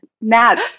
Matt